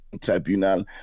tribunal